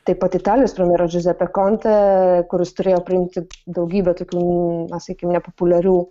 taip pat italijos premjeras džiuzepė kontė kuris turėjo priimti daugybę tokių na sakykim nepopuliarių